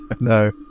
No